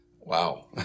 Wow